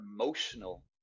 emotional